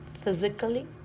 physically